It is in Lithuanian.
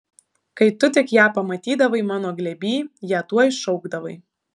kai tu tik ją pamatydavai mano glėby ją tuoj šaukdavai